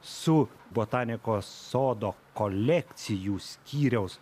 su botanikos sodo kolekcijų skyriaus